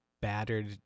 battered